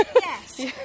Yes